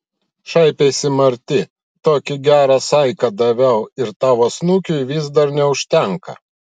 šaipėsi marti tokį gerą saiką daviau ir tavo snukiui vis dar neužtenka